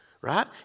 Right